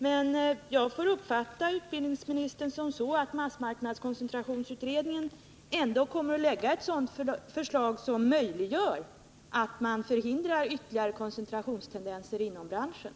Men jag får uppfatta utbildningsministerns uttalande som så, att massmediekoncentrationsutredningen ändå kommer att lägga fram ett sådant förslag som möjliggör att man förhindrar ytterligare koncentrationstendenser inom branschen.